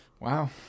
Wow